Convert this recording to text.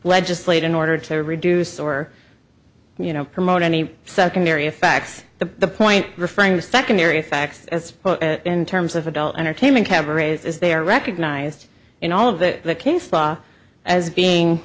legislate in order to reduce or you know promote any secondary effects the point referring to secondary effects as in terms of adult entertainment cabarets is they are recognized in all of the case law as being